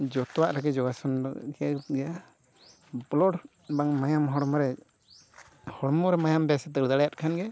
ᱡᱚᱛᱚᱣᱟᱜ ᱨᱮᱜᱮ ᱡᱚᱜᱟᱥᱚᱱ ᱜᱮ ᱜᱮ ᱵᱞᱟᱰ ᱵᱟᱝ ᱢᱟᱭᱟᱢ ᱦᱚᱲᱢᱚᱨᱮ ᱦᱚᱲᱢᱚᱨᱮ ᱢᱟᱭᱟᱢ ᱵᱮᱥᱮ ᱫᱟᱹᱲ ᱫᱟᱲᱮᱭᱟᱜ ᱠᱷᱟᱱᱜᱮ